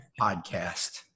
podcast